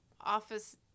office